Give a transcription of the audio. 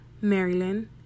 Maryland